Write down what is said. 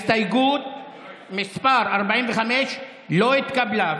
הסתייגות מס' 45 לא התקבלה.